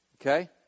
Okay